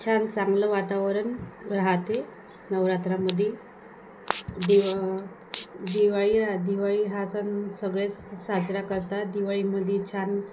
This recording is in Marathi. छान चांगलं वातावरण राहाते नवरात्रामध्ये दिव दिवाळी राह दिवाळी हा सण सगळेच साजरा करतात दिवाळीमध्ये छान